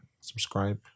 subscribe